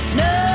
no